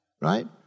right